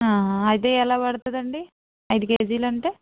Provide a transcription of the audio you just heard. అయితే ఎలా పడుతుంది అండి అయిదు కేజీలు అంటే